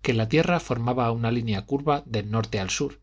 que la tierra formaba una línea curva del norte al sur